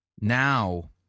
Now